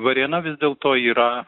varėna vis dėlto yra